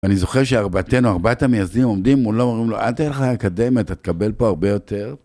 אני זוכר שארבעתנו, ארבעת המייסדים עומדים מולו ואומרים לו, אל תלך לאקדמיה, אתה תקבל פה הרבה יותר.